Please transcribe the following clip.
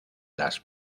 las